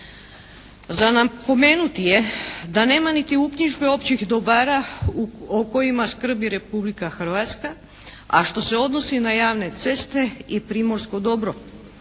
Za napomenuti je da nema niti uknjižbe općih dobara o kojima skrbi Republika Hrvatska, a što se odnosi na javne ceste i primorsko dobro.